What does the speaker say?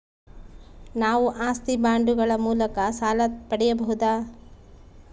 ನಾವು ಆಸ್ತಿ ಬಾಂಡುಗಳ ಮೂಲಕ ಸಾಲ ಪಡೆಯಬಹುದಾ?